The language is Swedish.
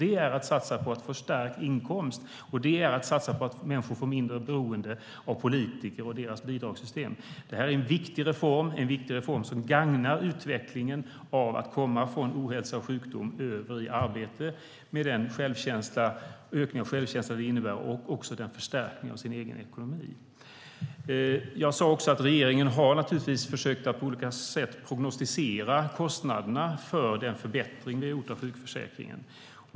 Det är att satsa på förstärkt inkomst och på att människor blir mindre beroende av politiker och deras bidragssystem. Det här är en viktig reform som gagnar utvecklingen att komma från ohälsa och sjukdom till arbete, med den ökning av självkänsla och den förstärkning av den egna ekonomin det innebär. Jag sade också att regeringen på olika sätt har försökt prognostisera kostnaderna för den förbättring vi gjort av sjukförsäkringen.